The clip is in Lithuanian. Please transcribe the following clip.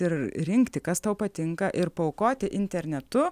ir rinkti kas tau patinka ir paaukoti internetu